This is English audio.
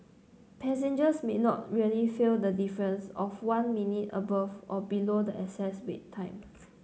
passengers may not really feel the difference of one minute above or below the excess wait time